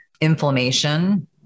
inflammation